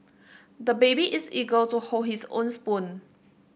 the baby is eager to hold his own spoon